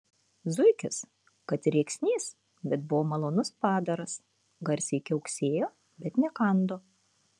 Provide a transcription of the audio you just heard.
zuikis kad ir rėksnys bet buvo malonus padaras garsiai kiauksėjo bet nekando